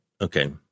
Okay